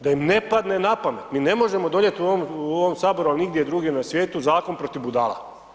Da im ne padne na pamet, mi ne možemo donijeti u ovom Saboru ni nigdje drugdje na svijetu zakon protiv budala.